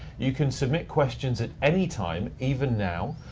you can submit questions at any time, even now,